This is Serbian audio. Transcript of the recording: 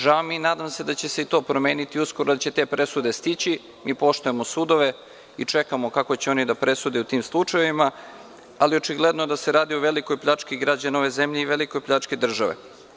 Žao mi je i nadam se da će se i to promeniti uskoro, jer će te presude stići, mi poštujemo sudove i čekamo kako će oni da presude u tim slučajevima, ali očigledno da se radi o velikoj pljački građana ove zemlje i velikoj pljački države.